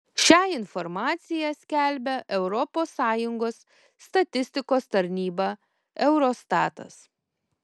šią informaciją skelbia europos sąjungos statistikos tarnyba eurostatas